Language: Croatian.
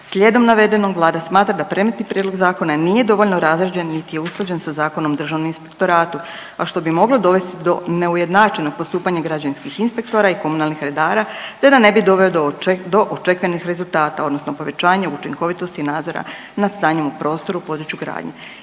Slijedom navedenog Vlada smatra da predmetni prijedlog zakona nije dovoljno razrađen niti je usklađen sa Zakonom o Državnom inspektoratu, a što bi moglo dovesti do neujednačenog postupanja građevinskih inspektora i komunalnih redara, te da ne bi doveo do očekivanih rezultata, odnosno povećanja učinkovitosti nadzora nad stanjem u prostoru u području gradnje.